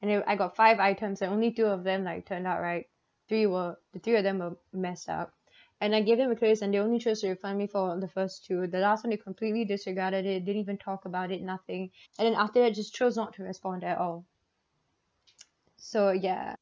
and know I got five items and only two of them like turn out right three were three of them were mess up and I gave them a case and they only chose to refund me for the first two the last one they completely disregarded it didn't even talk about it nothing and then after that just chose not to respond at all so ya